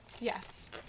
Yes